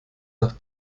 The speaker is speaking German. nach